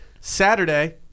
Saturday